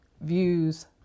views